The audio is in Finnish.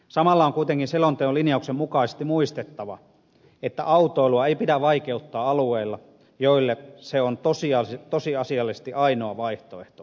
samalla on kuitenkin selonteon linjauksen mukaisesti muistettava että autoilua ei pidä vaikeuttaa alueilla joilla se on tosiasiallisesti ainoa vaihtoehto liikkumisessa